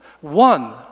One